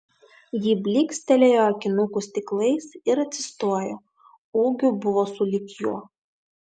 ji blykstelėjo akinukų stiklais ir atsistojo ūgiu buvo sulig juo